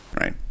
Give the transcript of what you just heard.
Right